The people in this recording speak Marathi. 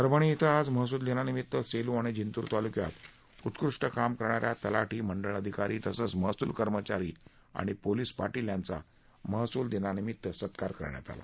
परभणी इथं आज महसूल दिनानिमित्त सेलू आणि जिंतूर तालुक्यातं उत्कृष्ट काम करणाऱ्या तलाठी मंडळ अधिकारी तसंच महसूल कर्मचारी आणि पोलिस पाटील यांचा महसूल दिनानिमित्त सत्कार करण्यात आला